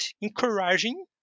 encouraging